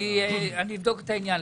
אני אבדוק את העניין.